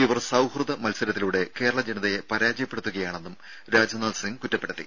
ഇവർ സൌഹ്യദ മത്സരത്തിലൂടെ ജനതയെ കേരള പരാജയപ്പെടുത്തുകയാണെന്നും രാജ്നാഥ് സിംഗ് കുറ്റപ്പെടുത്തി